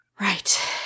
Right